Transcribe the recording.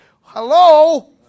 Hello